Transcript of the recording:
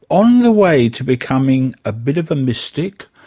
on the way to becoming a bit of a mystic.